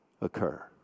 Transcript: occur